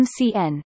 MCN